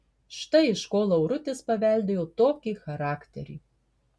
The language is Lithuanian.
štai iš ko laurutis paveldėjo tokį charakterį